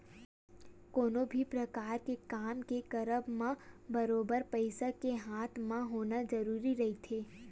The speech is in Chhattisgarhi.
कोनो भी परकार के काम के करब म बरोबर पइसा के हाथ म होना जरुरी रहिथे